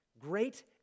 Great